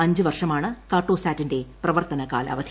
അഞ്ച് വർഷമാണ് കാർട്ടോസാറ്റിന്റെ പ്രവർത്തന കാലാവധി